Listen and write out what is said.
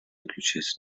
заключается